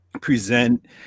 present